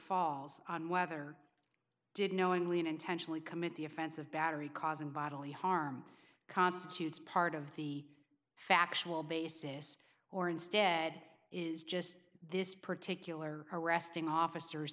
falls on whether did knowingly and intentionally commit the offense of battery causing bodily harm constitutes part of the factual basis or instead is just this particular arresting officers